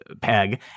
peg